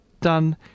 done